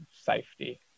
safety